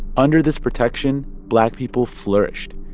under this protection, black people flourished.